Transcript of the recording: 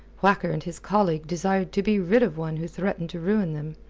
whacker and his colleague desired to be rid of one who threatened to ruin them.